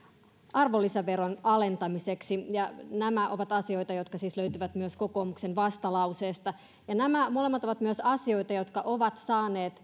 arvonlisäveron alentamiseksi nämä ovat siis asioita jotka löytyvät myös kokoomuksen vastalauseesta ja nämä molemmat ovat myös asioita jotka ovat saaneet